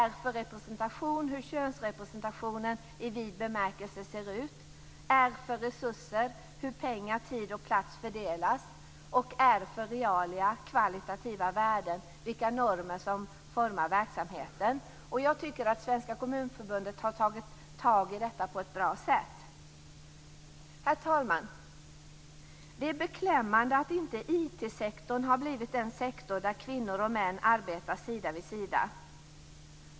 R för representation, dvs. hur könsrepresentationen i vid bemärkelse ser ut, R för resurser, dvs. hur pengar, tid och plats fördelas samt R för reala, kvalitativa värden, dvs. vilka normer som formar verksamheten. Jag tycker att Svenska Kommunförbundet har tagit tag i detta på ett bra sätt. Herr talman! Det är beklämmande att inte IT sektorn har blivit den sektor där kvinnor och män arbetar sida vid sida.